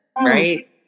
right